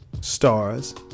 stars